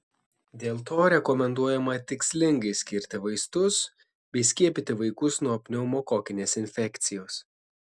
dėl to rekomenduojama tikslingai skirti vaistus bei skiepyti vaikus nuo pneumokokinės infekcijos